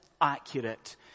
accurate